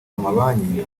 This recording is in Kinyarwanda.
amabanki